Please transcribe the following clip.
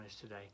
today